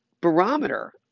barometer